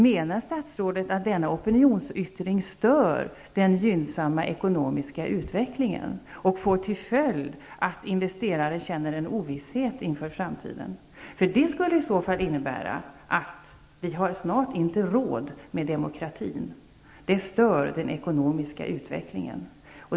Menar statsrådet att denna opinionsyttring stör den gynnsamma ekonomiska utvecklingen och får till följd att investerare känner en ovisshet inför framtiden? Det skulle i så fall innebära att vi snart inte har råd med demokratin. Den stör den ekonomiska utvecklingen.